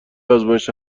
آزمایش